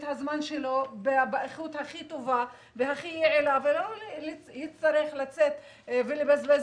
הזמן שלו באיכות הכי טובה והכי יעילה ולא יצטרך לצאת ולבזבז